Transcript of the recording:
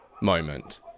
moment